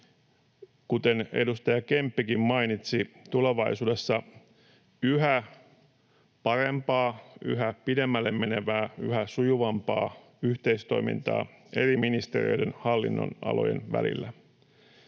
kuten edustaja Kemppikin mainitsi, tulevaisuudessa yhä parempaa, yhä pidemmälle menevää, yhä sujuvampaa yhteistoimintaa eri ministeriöiden hallinnonalojen välillä.